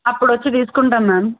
అప్పుడు వచ్చి తీసుకుంటాం మ్యామ్